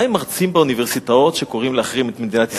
מה עם מרצים באוניברסיטאות שקוראים להחרים את מדינת ישראל?